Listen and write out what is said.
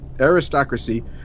aristocracy